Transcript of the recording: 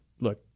look